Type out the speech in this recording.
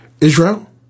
Israel